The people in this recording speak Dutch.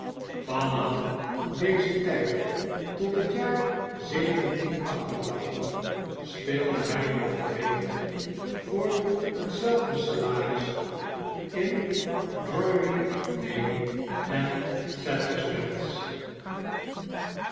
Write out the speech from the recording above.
af dezen tijd tot het jaar speelde hij nog geregeld voor hetzelfde salaris in drury-lane en sadlers wells